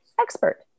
expert